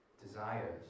desires